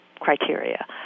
criteria